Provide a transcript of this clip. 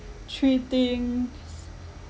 three things